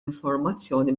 informazzjoni